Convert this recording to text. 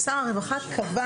שר הרווחה קבע